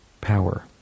power